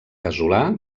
casolà